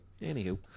anywho